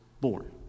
born